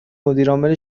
مدیرعامل